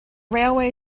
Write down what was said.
railway